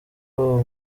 ubu